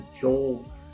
Joel